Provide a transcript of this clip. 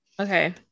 Okay